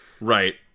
Right